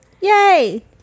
Yay